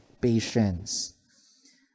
patience